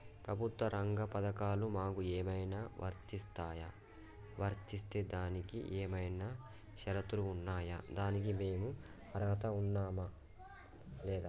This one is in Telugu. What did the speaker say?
ప్రభుత్వ రంగ పథకాలు మాకు ఏమైనా వర్తిస్తాయా? వర్తిస్తే దానికి ఏమైనా షరతులు ఉన్నాయా? దానికి మేము అర్హత ఉన్నామా లేదా?